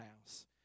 house